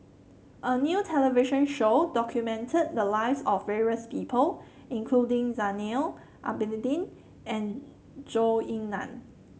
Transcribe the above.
a new television show documented the lives of various people including Zainal Abidin and Zhou Ying Nan